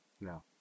No